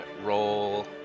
roll